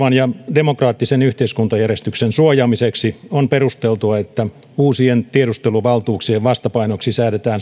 demokraattisen yhteiskuntajärjestyksen suojaamiseksi on perusteltua että uusien tiedusteluvaltuuksien vastapainoksi säädetään